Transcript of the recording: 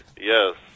yes